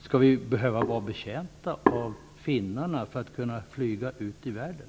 Skall vi behöva betjäna oss av finnarna för att kunna flyga ut i världen?